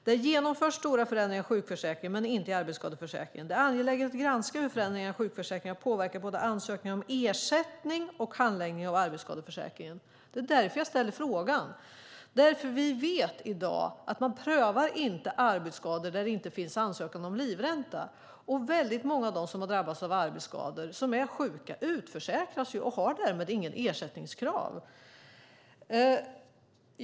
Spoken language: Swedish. Det har genomförts stora förändringar i sjukförsäkringen, men inte i arbetsskadeförsäkringen. Det är angeläget att granska hur förändringarna i sjukförsäkringen har påverkat både ansökningar om ersättning och handläggning av arbetsskadeförsäkringen." Det är därför jag ställer frågan. Vi vet i dag att man inte prövar arbetsskador där det inte finns ansökan om livränta. Väldigt många av dem som har drabbats av arbetsskador och som är sjuka utförsäkras och har därmed inga ersättningskrav.